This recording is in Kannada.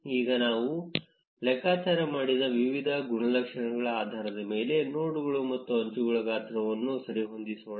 ಈಗ ನಾವು ಲೆಕ್ಕಾಚಾರ ಮಾಡಿದ ವಿವಿಧ ಗುಣಲಕ್ಷಣಗಳ ಆಧಾರದ ಮೇಲೆ ನೋಡ್ಗಳು ಮತ್ತು ಅಂಚುಗಳ ಗಾತ್ರವನ್ನು ಸರಿಹೊಂದಿಸೋಣ